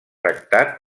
tractat